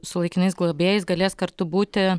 su laikinais globėjais galės kartu būti